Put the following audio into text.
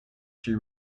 she